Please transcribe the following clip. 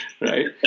Right